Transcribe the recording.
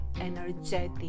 energetic